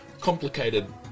complicated